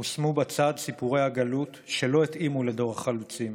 הושמו בצד סיפורי הגלות ש"לא התאימו" לדור החלוצים,